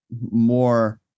more